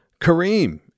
Kareem